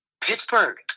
Pittsburgh